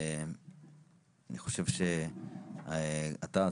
אני חושב שאתה,